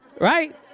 Right